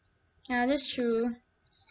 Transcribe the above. ya that's true